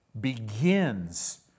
begins